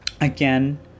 Again